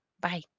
Bye